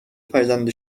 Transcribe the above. فرزند